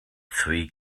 three